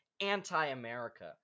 anti-America